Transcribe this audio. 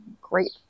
great